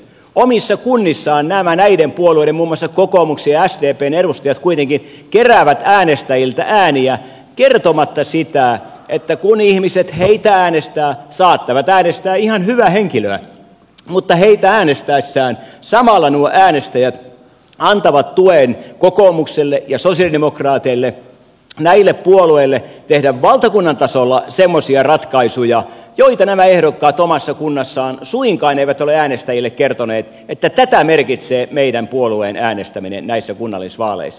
omissa kunnissaan nä mä näiden puolueiden muun muassa kokoomuksen ja sdpn edustajat kuitenkin keräävät äänestäjiltä ääniä kertomatta sitä että kun ihmiset heitä äänestävät saattavat äänestää ihan hyvää henkilöä mutta heitä äänestäessään samalla nuo äänestäjät antavat tuen kokoomukselle ja sosialidemokraateille näille puolueille tehdä valtakunnan tasolla semmoisia ratkaisuja joita nämä ehdokkaat omassa kunnassaan suinkaan eivät ole äänestäjille kertoneet että tätä merkitsee meidän puolueen äänestäminen näissä kunnallisvaaleissa